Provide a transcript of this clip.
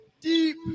deep